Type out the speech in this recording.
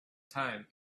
time